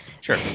sure